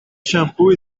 shampoo